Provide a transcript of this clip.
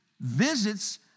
visits